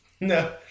No